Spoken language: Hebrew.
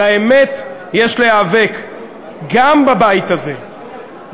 על האמת יש להיאבק גם בבית הזה,